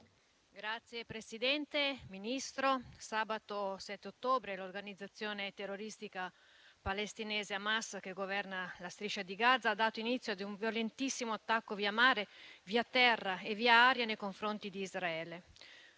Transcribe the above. - Premesso che sabato 7 ottobre 2023 l'organizzazione terroristica palestinese Hamas, che governa la Striscia di Gaza, ha dato inizio ad un violentissimo attacco via mare, via terra e via aria nei confronti di Israele,